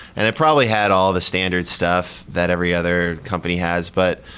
and it probably had all the standard stuff that every other company has. but,